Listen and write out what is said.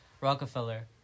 Rockefeller